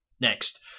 Next